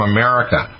America